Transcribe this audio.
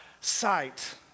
Sight